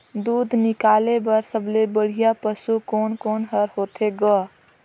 दूध निकाले बर सबले बढ़िया पशु कोन कोन हर होथे ग?